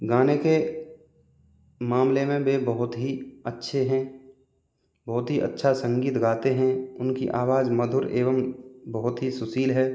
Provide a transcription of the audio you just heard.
गाने के मामले में वह बहुत ही अच्छे हैं बहुत ही अच्छा संगीत गाते हैं उनकी आवाज़ मधुर एवं बहुत ही सुशील है